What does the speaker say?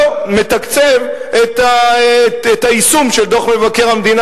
לא מתקצב את היישום של דוח מבקר המדינה